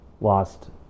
lost